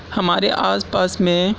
ہمارے آس پاس میں